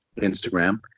Instagram